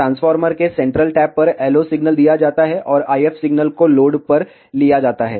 transformer के central tap पर LO signal दिया जाता है और IF सिग्नल को एक लोड पर लिया जाता है